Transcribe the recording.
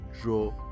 draw